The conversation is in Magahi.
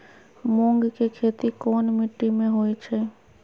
मूँग के खेती कौन मीटी मे होईछ?